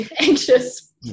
anxious